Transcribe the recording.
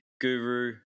Guru